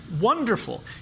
wonderful